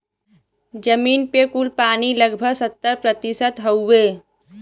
जमीन पे कुल पानी लगभग सत्तर प्रतिशत हउवे